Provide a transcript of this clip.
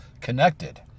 connected